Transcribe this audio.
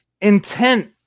intent